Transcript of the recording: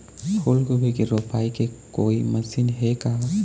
फूलगोभी के रोपाई के कोई मशीन हे का?